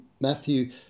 Matthew